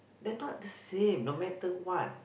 they're not the same no matter what